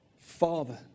Father